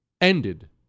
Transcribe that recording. ended